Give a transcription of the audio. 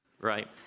right